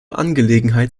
angelegenheit